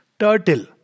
turtle